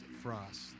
Frost